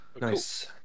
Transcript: Nice